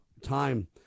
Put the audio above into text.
time